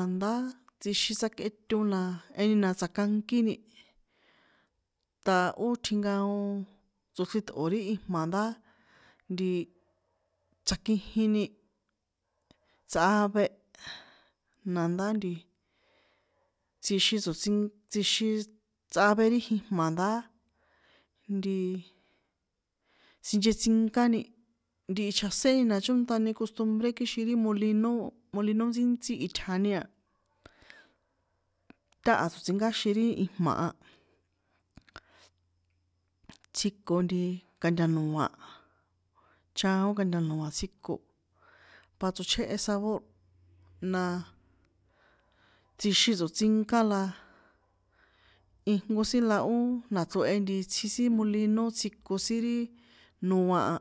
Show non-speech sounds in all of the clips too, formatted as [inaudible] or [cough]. A̱ndá tsixin tsjakꞌeto na jeheni na tsakankíni, ta̱ ó tjinkaon tsochriṭꞌo̱ ri ijma̱ ndá ntii, tsakjijini tsꞌave, nandá ntii, tsjixin tso̱tsink tsjixin tsꞌave ri jijma̱ ndá tii, sinchetsinkáni, ntihi chjaséni na chónṭani costumbre kixin ri molino, molino ntsíntsí itjani a, táha tso̱tsinkáxin ri ijma̱ a, tsjiko ntii ka̱nta̱no̱a̱, chaon nka̱nta̱no̱a̱ tsjiko, pa tsochjéhe sabor, naaaaa, tsjixin tso̱tsinká la ijnko sin la ó na̱chrohe nti tsji sin molino tsjiko sin ri noa a,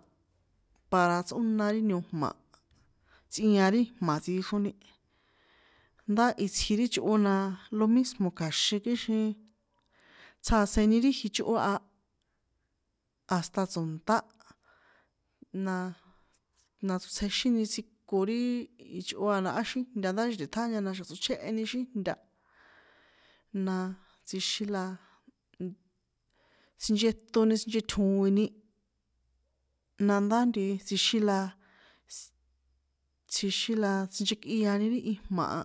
para tsꞌóna ri niojma̱ tsꞌia ri jma̱ tsixroni, ndá itsji ri chꞌo naa, lo mismo kja̱xin kixin, tsjasini ri jichꞌo a, hasta tso̱nṭá, na- a, na tsotsjexíni tsjiko ri ichꞌo a lo á xíjnta nda ri na̱xa̱ tꞌitjáña la na̱xa̱ tsochjéheni xíjnta̱, ndá tsjixin la, sincheṭoni sinchetjoini, ndá ntii tsjixin la, [hesitation] tsjixin la tsinchekꞌiani ri ijma̱ a.